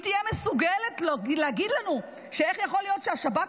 היא תהיה מסוגלת להגיד לנו איך יכול להיות שהשב"כ